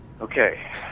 Okay